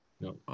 No